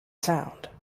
sound